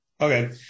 Okay